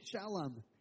Shalom